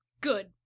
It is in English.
Good